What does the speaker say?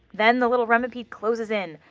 then, the little remipede closes in,